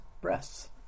breasts